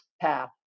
path